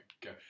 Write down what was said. go